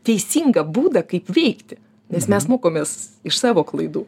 teisingą būdą kaip veikti nes mes mokomės iš savo klaidų